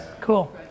Cool